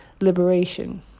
liberation